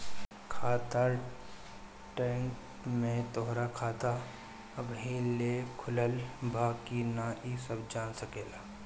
खाता ट्रैक में तोहरा खाता अबही ले खुलल बा की ना इ सब जान सकेला